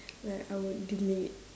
like I would delete